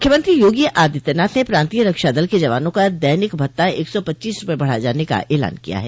मुख्यमंत्री योगी आदित्यनाथ ने प्रान्तीय रक्षा दल के जवानों का दैनिक भत्ता एक सौ पच्चीस रूपये बढ़ाये जाने का ऐलान किया है